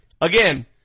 Again